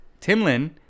Timlin